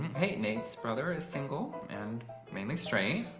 hey minx brother is single and mainly straight.